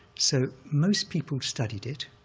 so most people studied it